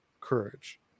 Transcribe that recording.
courage